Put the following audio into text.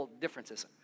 differences